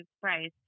price